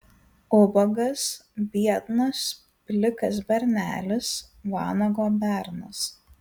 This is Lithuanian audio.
ubagas biednas plikas bernelis vanago bernas